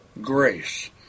grace